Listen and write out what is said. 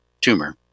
tumor